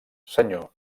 senyor